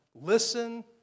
listen